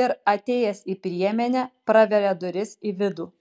ir atėjęs į priemenę praveria duris į vidų